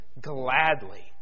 gladly